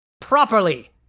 properly